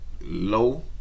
low